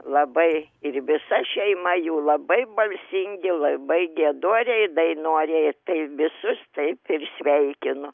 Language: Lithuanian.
labai ir visa šeima jų labai balsingi labai giedoriai dainoriai tai visus taip ir sveikinu